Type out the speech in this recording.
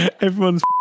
Everyone's